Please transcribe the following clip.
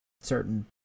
certain